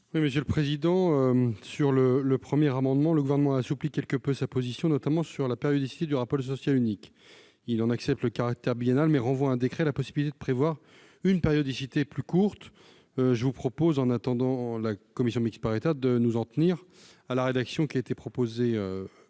Concernant l'amendement n° 326, le Gouvernement a assoupli quelque peu sa position, notamment sur la périodicité du rapport social unique. Il accepte le caractère biennal, mais renvoie à un décret la possibilité de prévoir une périodicité plus courte. Je vous propose, en attendant la réunion de la commission mixte paritaire, de nous en tenir à la rédaction adoptée